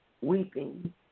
weeping